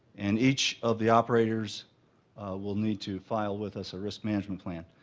and each of the operators will need to file with us risk management plan.